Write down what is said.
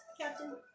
Captain